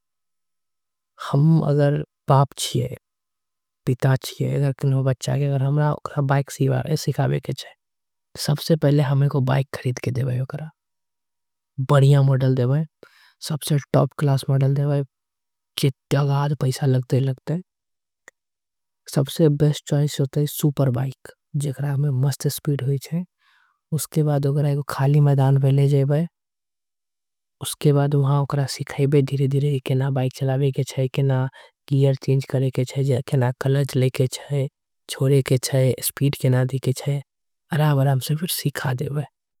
हम अगर बाप छीये और हमरा लाइका के बाइक सिखाए के छीये। सबसे पहिले हम ओकरा के बाइक दिए के चाही बढ़िया मॉडल। सबसे अच्छा गाड़ी दिलाए के छीये सबसे बेस्ट चॉइस हे सुपर बाइक। मस्त स्पीड होय छीये ओकरा एको खाली मैदान में ले जाए छीये। ओकर बाद ओला सिखाए के छीये आराम आराम से सिखाए के छीये।